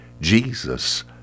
Jesus